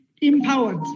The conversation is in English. empowered